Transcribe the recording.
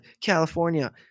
California